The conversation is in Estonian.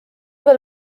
veel